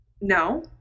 No